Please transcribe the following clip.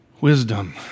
Wisdom